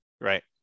right